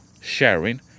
sharing